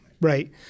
Right